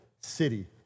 city